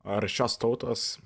ar šios tautos